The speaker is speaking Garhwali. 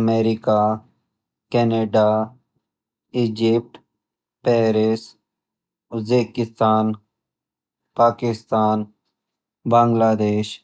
America Canada Egypt Paris Uzbekistan Pakistan बांग्लादेश।